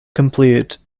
complete